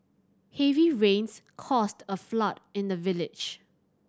heavy rains caused a flood in the village